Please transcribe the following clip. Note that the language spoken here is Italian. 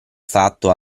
fatto